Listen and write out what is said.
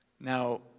Now